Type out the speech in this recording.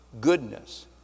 goodness